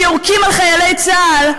שיורקים על חיילי צה"ל,